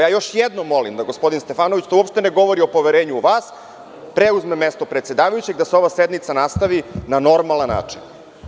Još jednom molim da gospodin Stefanović, to uopšte ne govori o poverenju u vas, preuzme mesto predsedavajućeg i da se ova sednica nastavi na normalan način.